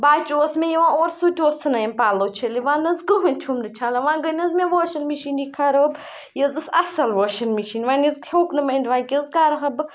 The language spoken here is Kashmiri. بَچہِ اوس مےٚ یِوان اورٕ سُہ تہِ اوس ژھٕنان یِم پَلو چھٔلِتھ وۄنۍ نہ حظ کٕہٕنۍ چھُم نہٕ چھَلان وۄنۍ گٔیٚے نہ حظ مےٚ واشنٛگ مِشیٖنِٕے خراب یہِ حظ ٲس اَصٕل واشنٛگ مِشیٖن وۄنۍ حظ ہیوٚکھ نہٕ مےٚ أنِتھ وۄنۍ کیٛاہ حظ کَرٕ ہا بہٕ